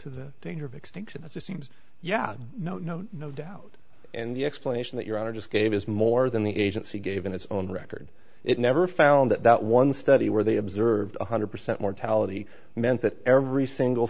to the danger of extinction that seems yeah no no no doubt and the explanation that your honor just gave is more than the agency gave in its own record it never found that one study where they observed one hundred percent mortality meant that every single